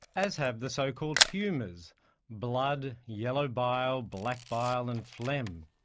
as have the so-called humours blood, yellow bile, black bile and phlegm.